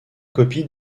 copies